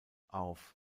auf